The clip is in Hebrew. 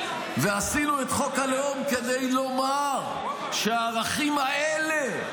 ועשינו את חוק הלאום כדי לומר שהערכים האלה,